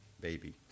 baby